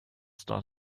start